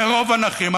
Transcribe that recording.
לרוב הנכים.